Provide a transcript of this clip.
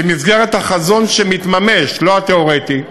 במסגרת החזון, שמתממש, לא התיאורטי,